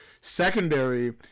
secondary